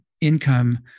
income